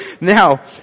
Now